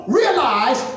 realize